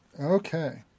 Okay